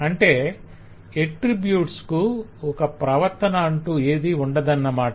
అంటే ఎట్త్రిబ్యూట్ కు ప్రవర్తన అంటూ ఎదీ ఉండదన్నమాట